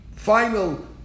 Final